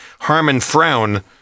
HarmonFrown